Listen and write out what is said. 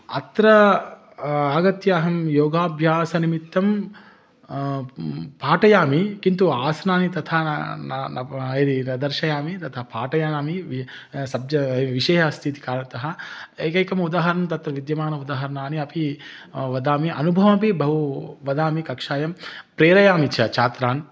अत्र आगत्य अहं योगाभ्यासनिमित्तं पाठयामि किन्तु आसनानि तथा न न नय्रि न दर्शयामि तथा पाठयामि वि सब्ज विषयः अस्ति इति कारणतः एकैकमुदाहरणं तत्र विद्यमानं उदाहरणानि अपि वदामि अनुभवमपि बहु वदामि कक्षायां प्रेरयामि च छात्रान्